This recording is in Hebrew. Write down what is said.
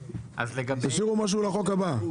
תשאירו משהו לחוק הבא.